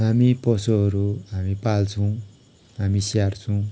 हामी पशुहरू हामी पाल्छौँ हामी स्याहार्छौँ